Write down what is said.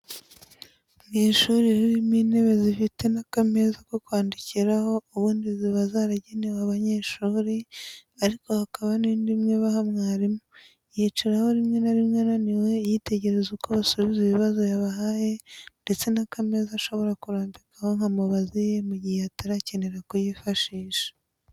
Mu ishuri ririmo intebe zifite n'akameza ko kwandikiraho, ubundi ziba zaragenewe abanyeshuri, ariko hakaba n'indi imwe baha mwarimu, yicaraho rimwe na rimwe, ananiwe, yitegereza uko basubiza ibibazo yabahaye ndetse n'akameza ashobora kurambikaho nka mubazi ye mu gihe atarakenera kuyifashisha.